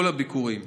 כל הביקורים,